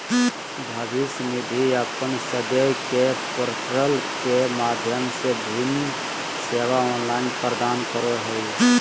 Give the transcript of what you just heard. भविष्य निधि अपन सदस्य के पोर्टल के माध्यम से विभिन्न सेवा ऑनलाइन प्रदान करो हइ